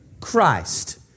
Christ